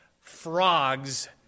frogs